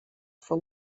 fou